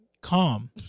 calm